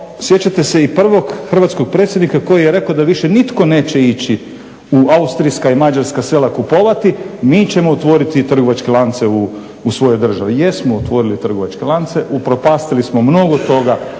sjećate se i prvog hrvatskog predsjednika koji je rekao da više nitko neće ići u austrijska i mađarska sela kupovati, mi ćemo otvoriti trgovačke lance u svojoj državi. Jesmo otvorili trgovačke lance, upropastili smo mnogo toga